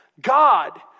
God